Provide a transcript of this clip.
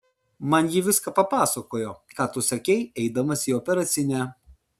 man ji viską papasakojo ką tu sakei eidamas į operacinę